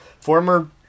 Former